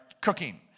cooking